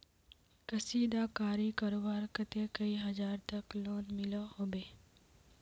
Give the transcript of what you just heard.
कशीदाकारी करवार केते कई हजार तक लोन मिलोहो होबे?